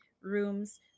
rooms